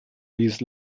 these